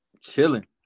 Chilling